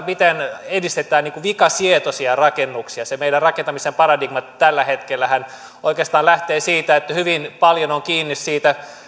miten edistetään vikasietoisia rakennuksia meidän rakentamisen paradigmat tällä hetkellähän oikeastaan lähtevät siitä että hyvin paljon on kiinni siitä